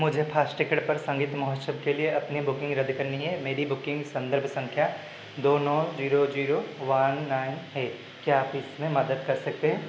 मुझे फसटिकेट पर संगीत महोत्सव के लिए अपनी बुकिंग रद्द करनी है मेरी बुकिंग संदर्भ संख्या दो नौ जीरो जीरो वन नाइन है क्या आप इसमें मदद कर सकते हैं